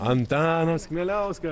antanas kmieliauskas